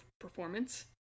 performance